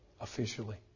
officially